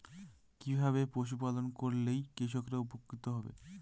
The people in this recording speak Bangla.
কিভাবে পশু পালন করলেই কৃষকরা উপকৃত হবে?